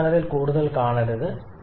4 കാണരുത്